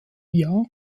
jahr